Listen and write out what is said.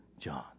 John